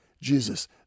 Jesus